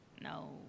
No